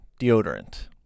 deodorant